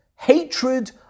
hatred